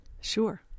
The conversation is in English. Sure